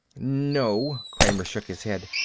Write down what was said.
no. kramer shook his head.